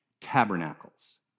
tabernacles